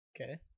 Okay